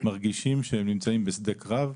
מרגישים שהם נמצאים בשדה קרב,